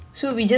mm